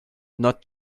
not